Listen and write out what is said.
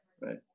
right